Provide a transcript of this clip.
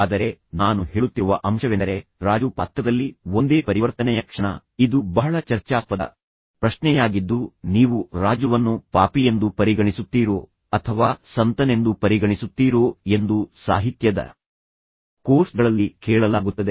ಆದರೆ ನಾನು ಹೇಳುತ್ತಿರುವ ಅಂಶವೆಂದರೆ ರಾಜು ಪಾತ್ರದಲ್ಲಿ ಒಂದೇ ಪರಿವರ್ತನೆಯ ಕ್ಷಣ ಇದು ಬಹಳ ಚರ್ಚಾಸ್ಪದ ಪ್ರಶ್ನೆಯಾಗಿದ್ದು ನೀವು ರಾಜುವನ್ನು ಪಾಪಿಯೆಂದು ಪರಿಗಣಿಸುತ್ತೀರೋ ಅಥವಾ ಸಂತನೆಂದು ಪರಿಗಣಿಸುತ್ತೀರೋ ಎಂದು ಸಾಹಿತ್ಯದ ಕೋರ್ಸ್ ಗಳಲ್ಲಿ ಕೇಳಲಾಗುತ್ತದೆ